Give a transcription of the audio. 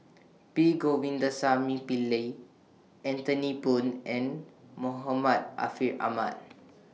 B Govindasamy Pillai Anthony Poon and Muhammad Ariff Ahmad